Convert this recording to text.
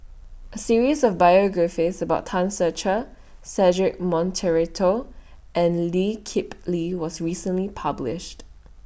A series of biographies about Tan Ser Cher Cedric Monteiro and Lee Kip Lee was recently published